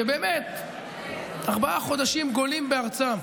שבאמת, ארבעה חודשים גולים בארצם.